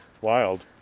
Wild